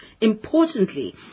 importantly